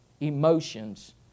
emotions